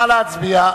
נא להצביע.